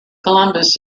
columbus